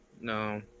no